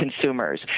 consumers